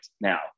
now